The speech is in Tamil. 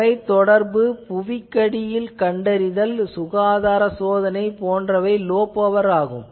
தொலைதொடர்பு புவிக்கடியில் கண்டறிதல் சுகாதார சோதனை போன்றவை லோ பவர் ஆகும்